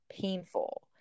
painful